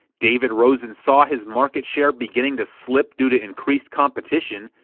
david rosen saw his marketshare beginning to slip due to increased competition,